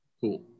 cool